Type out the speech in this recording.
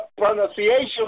pronunciation